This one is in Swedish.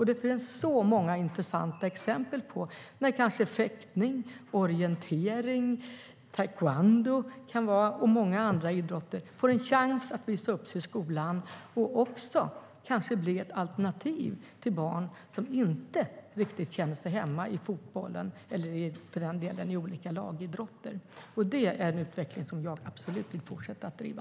Det finns många intressanta exempel på hur fäktning, orientering, taekwondo och många andra idrotter får en chans att visa upp sig skolan och också kanske bli ett alternativ för barn som inte riktigt känner sig hemma inom fotbollen eller i olika lagidrotter. Det är en utveckling som jag absolut vill fortsätta att driva.